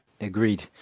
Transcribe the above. Agreed